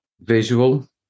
visual